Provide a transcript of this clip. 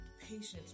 patience